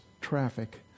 traffic